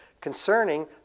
Concerning